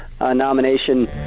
nomination